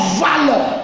valor